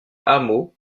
hameau